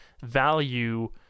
value